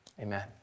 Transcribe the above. amen